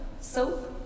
soap